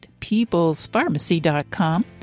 peoplespharmacy.com